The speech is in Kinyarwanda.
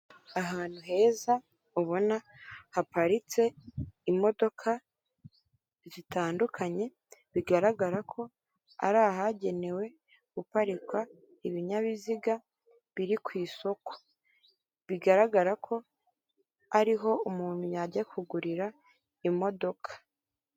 Ahantu heza ubona haparitse imodoka zitandukanye bigaragara ko ari ahagenewe guparikwa ibinyabiziga biri ku isoko, bigaragara ko ariho umuntu yajya kugurira imodoka.